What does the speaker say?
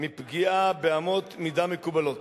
מפגיעה באמות מידה מקובלות.